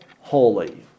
holy